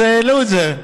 אז העלו את זה.